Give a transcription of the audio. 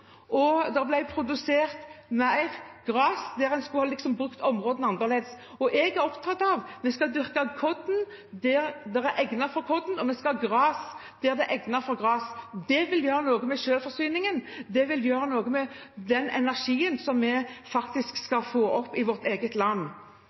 Det ble produsert mer gress der en skulle ha brukt områdene annerledes. Jeg er opptatt av at vi skal dyrke korn der det er egnet for korn, og gress der det er egnet for gress. Det vil gjøre noe med selvforsyningen, og det vil gjøre noe med den energien som vi faktisk